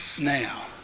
now